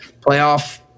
playoff